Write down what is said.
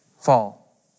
fall